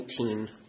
19